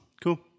Cool